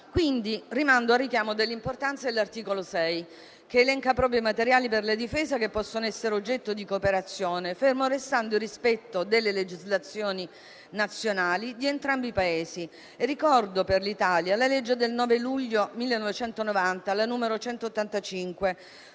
misura. Rimando quindi all'importanza dell'articolo 6, che elenca proprio i materiali per la difesa che possono essere oggetto di cooperazione, fermo restando il rispetto delle legislazioni nazionali di entrambi i Paesi. Ricordo, per l'Italia, la legge del 9 luglio 1990, la n. 185,